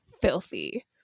filthy